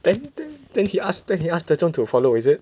then then then he asked then he asked 德中 to follow is it